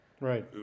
Right